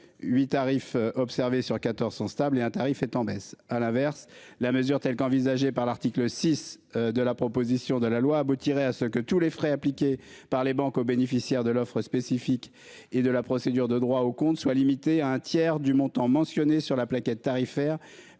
8 tarifs. Sur 14 sont stables et un tarif est en baisse. À l'inverse, la mesure, telle qu'envisagée par l'article 6 de la proposition de la loi aboutirait à ce que tous les frais appliqués par les banques aux bénéficiaires de l'offre spécifique et de la procédure de droit au compte soit limité à un tiers du montant mentionné sur la plaquette tarifaire